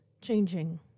changing